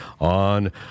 on